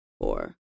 four